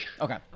Okay